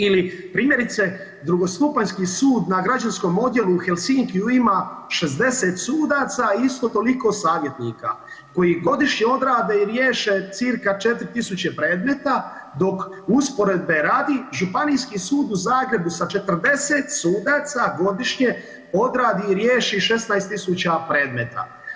Ili primjerice drugostupanjski sud na građanskom odjelu u Helsinkiju ima 60 sudaca i isto toliko savjetnika koji godišnje odrade i riješe cca 4.000 predmeta dok usporedbe radi Županijski sud u Zagrebu sa 40 sudaca godišnje odradi i riješi 16.000 predmeta.